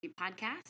Podcast